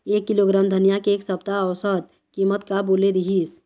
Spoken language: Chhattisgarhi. एक किलोग्राम धनिया के एक सप्ता औसत कीमत का बोले रीहिस?